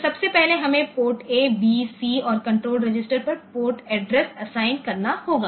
तो सबसे पहले हमें पोर्ट ए बी सी और कंट्रोल रजिस्टर पर पोर्ट एड्रेस असाइन करना होगा